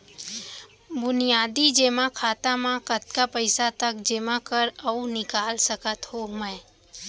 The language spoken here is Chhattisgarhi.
बुनियादी जेमा खाता म कतना पइसा तक जेमा कर अऊ निकाल सकत हो मैं?